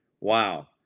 wow